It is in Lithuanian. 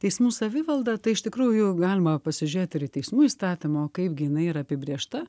teismų savivalda tai iš tikrųjų galima pasižiūrėti ir į teismų įstatymą o kaipgi jinai yra apibrėžta